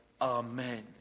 Amen